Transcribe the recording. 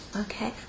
Okay